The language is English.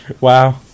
Wow